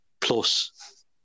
plus